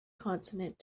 consonant